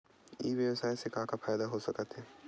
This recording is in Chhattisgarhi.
ई व्यवसाय से का का फ़ायदा हो सकत हे?